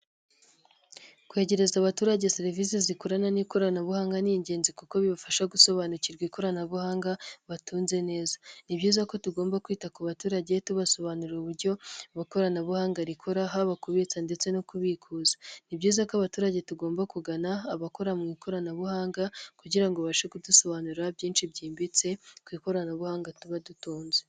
Kwegereza abaturage serivisi z'ikorana n'ikoranabuhanga ni ingenzi kuko bibafasha gusobanukirwa ikoranabuhanga batunze neza, ni byiza ko tugomba kwita ku baturage tubasobanurira uburyo ikoranabuhanga rikora haba kubitsa ndetse no kubikuza, ni byiza ko abaturage tugomba kugana abakora mu ikoranabuhanga kugira ngo bashe kudusobanurira byinshi byimbitse ku ikoranabuhanga tuba dutunze.